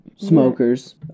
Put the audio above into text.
Smokers